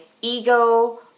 ego